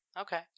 Okay